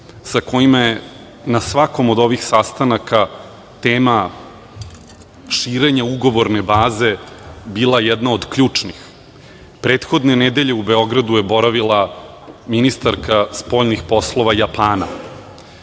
sa kojima je na svakom od ovih sastanaka tema širenje ugovorne baze bila jedna od ključnih. Prethodne nedelje u Beogradu je boravila ministarka spoljnih poslova Japana.